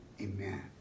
Amen